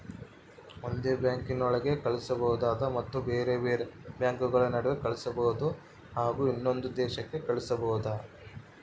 ಒಂದೇ ಬ್ಯಾಂಕಿನೊಳಗೆ ಕಳಿಸಬಹುದಾ ಮತ್ತು ಬೇರೆ ಬೇರೆ ಬ್ಯಾಂಕುಗಳ ನಡುವೆ ಕಳಿಸಬಹುದಾ ಹಾಗೂ ಇನ್ನೊಂದು ದೇಶಕ್ಕೆ ಕಳಿಸಬಹುದಾ?